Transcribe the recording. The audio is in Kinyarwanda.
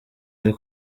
uri